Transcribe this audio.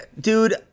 dude